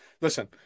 Listen